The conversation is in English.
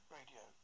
Radio